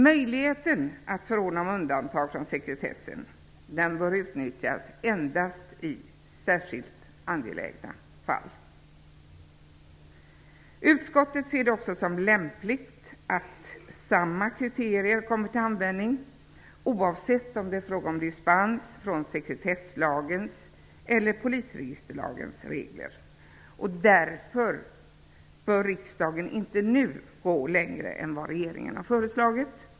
Möjligheten att förordna om undantag från sekretessen bör utnyttjas endast i särskilt angelägna fall. Utskottet anser också att det är lämpligt att samma kriterier kommer till användning oavsett om det är fråga om dispens från sekretesslagens eller polisregisterlagens regler. Därför bör riksdagen inte nu gå längre än vad regeringen har föreslagit.